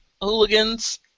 hooligans